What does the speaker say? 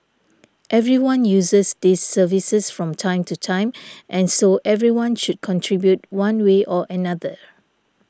everyone uses these services from time to time and so everyone should contribute one way or another